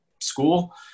school